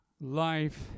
life